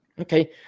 Okay